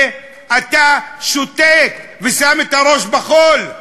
ואתה שותק ושם את הראש בחול.